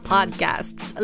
Podcasts